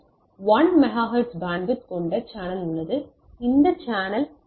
எங்களிடம் 1 megahertz bandwidth கொண்ட channel உள்ளது இந்த சேனலின் எஸ்